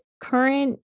current